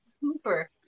super